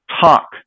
talk